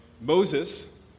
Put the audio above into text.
Moses